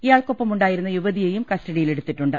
ഇയാൾക്കൊപ്പമുണ്ടായിരുന്ന യുവതിയെയും കസ്റ്റഡിയിലെടുത്തിട്ടുണ്ട്